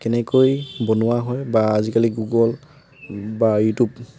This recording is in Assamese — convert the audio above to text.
কেনেকৈ বনোৱা হয় বা আজিকালি গুগল বা ইউটিউব